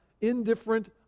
indifferent